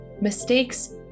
Mistakes